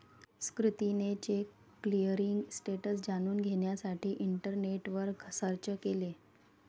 सुकृतीने cheque clearing status जाणून घेण्यासाठी इंटरनेटवर सर्च केले